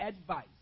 advice